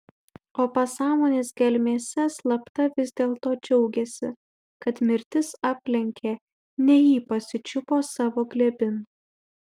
o pasąmonės gelmėse slapta vis dėlto džiaugėsi kad mirtis aplenkė ne jį pasičiupo savo glėbin